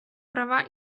права